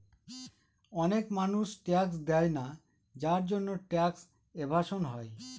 অনেক মানুষ ট্যাক্স দেয়না যার জন্যে ট্যাক্স এভাসন হয়